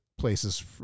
places